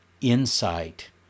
insight